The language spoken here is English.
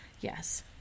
yes